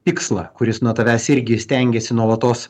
tikslą kuris nuo tavęs irgi stengiasi nuolatos